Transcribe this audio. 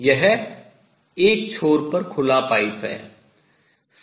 यह एक छोर पर खुला पाइप है